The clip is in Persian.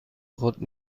خود